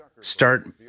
start